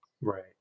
Right